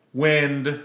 wind